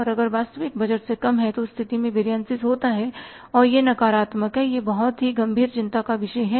और अगर वास्तविक बजट से कम है तो उस स्थिति में वेरियनसिस होता है और यह नकारात्मक है यह एक बहुत ही गंभीर चिंता का विषय है